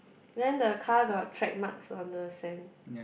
then the car got trade marks on the sand